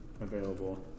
available